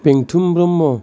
Benthum Brahma